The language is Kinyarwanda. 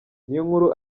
niyonkuru